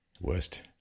worst